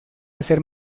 hacer